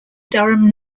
durham